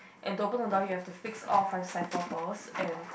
and to open the door you have to fix all five cipher first and